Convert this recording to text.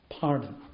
pardon